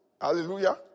Hallelujah